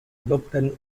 adoptan